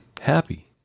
happy